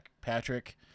Patrick